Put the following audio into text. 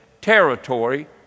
territory